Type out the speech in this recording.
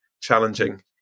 challenging